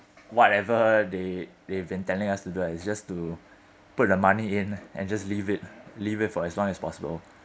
whatever they they've been telling us to do it's just to put the money in and just leave it leave it for as long as possible